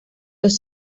los